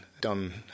done